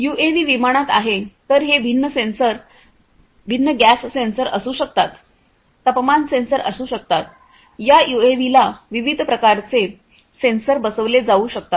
UAV विमानात आहे तर हे भिन्न गॅस सेन्सर असू शकतात तापमान सेन्सर असू शकतात या यूएव्हीला विविध प्रकारचे सेन्सर बसविले जाऊ शकतात